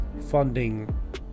funding